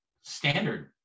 standard